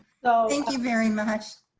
thank you very much.